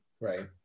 Right